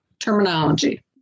terminology